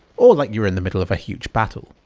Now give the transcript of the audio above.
or like you're in the middle of a huge battle.